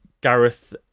Gareth